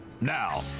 Now